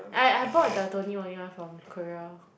I I bought the Tony Moly one from Korea